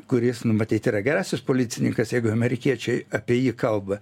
kuris nu matyt yra gerasis policininkas jeigu amerikiečiai apie jį kalba